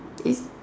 is